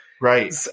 right